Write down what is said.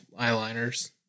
eyeliners